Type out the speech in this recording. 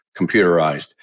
computerized